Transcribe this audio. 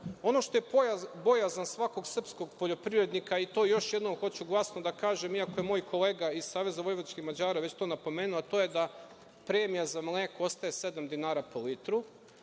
što je bojazan svakog srpskog poljoprivrednika i to još jednom hoću glasno da kažem, iako je moj kolega iz SVM to već napomenuo, a to je da premija za mleko ostaje sedam dinara po litru.